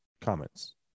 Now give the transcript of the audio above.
comments